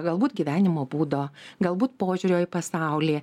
galbūt gyvenimo būdo galbūt požiūrio į pasaulį